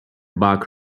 bug